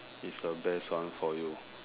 is the best one for you